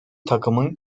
takımın